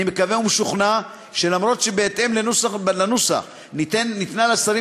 אני מקווה ומשוכנע שלמרות שבהתאם לנוסח ניתנה לשרים